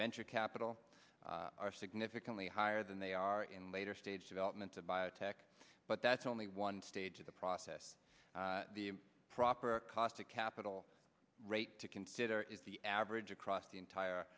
venture capital are significantly higher than they are in later stage development of biotech but that's only one stage of the process the proper cost of capital rate to consider is the average across the entire